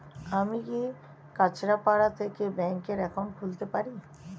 আমি কি কাছরাপাড়া থেকে ব্যাংকের একাউন্ট খুলতে পারি?